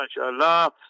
masha'Allah